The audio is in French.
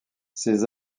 ces